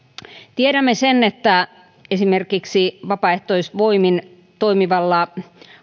tiedämme sen että esimerkiksi vapaaehtoisvoimin toimivalla